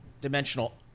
Dimensional